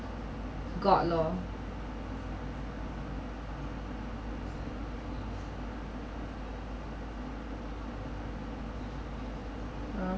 got loh uh